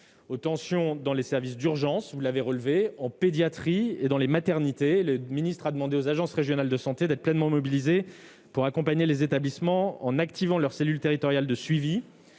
aux tensions dans les services d'urgence, en pédiatrie et dans les maternités. Le ministre a demandé aux agences régionales de santé d'être pleinement mobilisées pour accompagner les établissements en activant leurs cellules territoriales de suivi